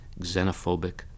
xenophobic